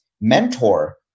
Mentor